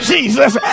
Jesus